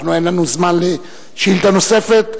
אין לנו זמן לשאילתא נוספת.